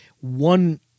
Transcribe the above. one